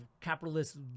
capitalist